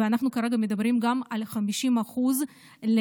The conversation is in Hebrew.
וכרגע אנחנו מדברים גם על 50% ממדים